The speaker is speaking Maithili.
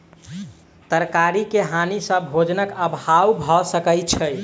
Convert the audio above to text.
तरकारी के हानि सॅ भोजनक अभाव भअ सकै छै